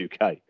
UK